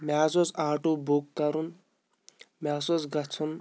مےٚ حظ اوس آٹوٗ بُک کَرُن مےٚ حظ اوس گژھُن